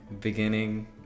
beginning